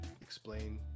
explain